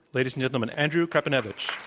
ladies and gentlemen, andrew krepinevich.